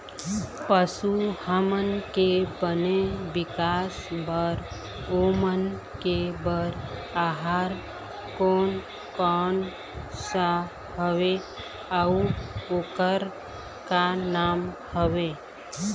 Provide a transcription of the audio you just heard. पशु हमन के बने विकास बार ओमन के बार आहार कोन कौन सा हवे अऊ ओकर का नाम हवे?